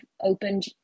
opened